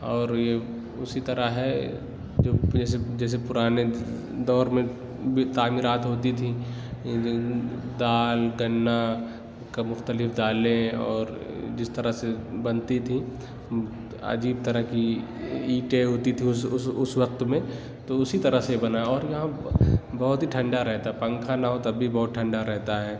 اور یہ اُسی طرح ہے جو جیسے جیسے پُرانے دور میں بھی تعمیرات ہوتی تھیں دال گنّا کا مختلف دالیں اور جس طرح سے بنتی تھی عجیب طرح کی اینٹیں ہوتی تھیں اُس اُس اُس وقت میں تو اُسی طرح سے یہ بنا ہے اور یہاں بہت ہی ٹھنڈا رہتا ہے پنکھا نہ ہو تب بھی بہت ٹھنڈا رہتا ہے